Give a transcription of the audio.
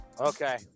Okay